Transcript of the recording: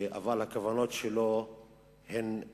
אבל הכוונות שלו הן ברורות,